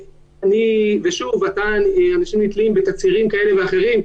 שוב, אנשים נתלים בתצהירים כאלה ואחרים.